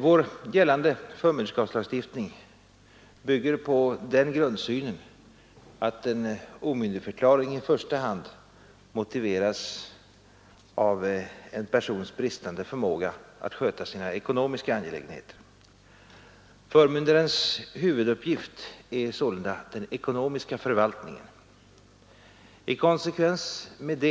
Vår gällande förmynderskapslagstiftning bygger på den grundsynen att en omyndigförklaring i första hand motiveras av en persons bristande förmåga att sköta sina ekonomiska angelägenheter. Förmyndarens huvuduppgift är sålunda den ekonomiska förvaltningen. I konsekvens härmed